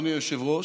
אדוני היושב-ראש,